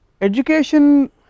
Education